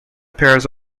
pairs